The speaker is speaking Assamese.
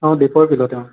অ' দীপৰ বিলতে অ'